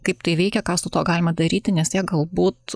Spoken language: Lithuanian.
kaip tai veikia ką su tuo galima daryti nes jie galbūt